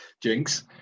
Jinx